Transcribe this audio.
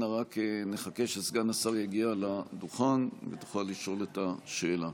אנא רק נחכה שסגן השר יגיע לדוכן ותוכל לשאול את השאלה.